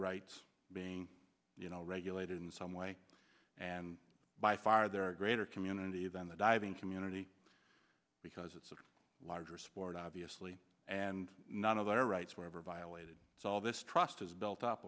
rights being you know regulated in some way and by far their greater community than the diving community because it's a larger sport obviously and none of their rights were ever violated so all this trust is built up